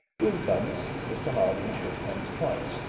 with bunce mr harding shook hands twice,